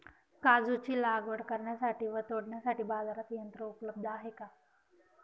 काजूची लागवड करण्यासाठी व तोडण्यासाठी बाजारात यंत्र उपलब्ध आहे का?